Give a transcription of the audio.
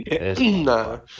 No